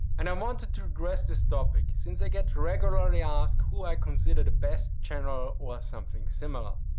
and i wanted to address this topic, since i get regularly asked, who i consider the best general or something similar.